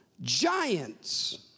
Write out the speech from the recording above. Giants